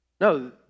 No